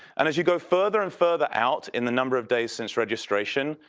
and as you go further and further out in the number of days since registration,